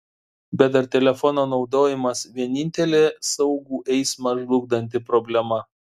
bet ar telefono naudojimas vienintelė saugų eismą žlugdanti problema